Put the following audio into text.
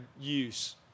use